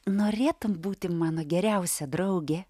norėtum būti mano geriausia draugė